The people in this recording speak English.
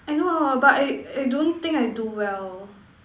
I know ah but I I don't think I do well